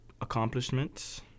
accomplishments